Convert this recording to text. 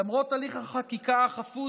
למרות הליך החקיקה החפוז,